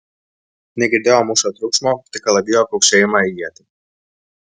negirdėjo mūšio triukšmo tik kalavijo kaukšėjimą į ietį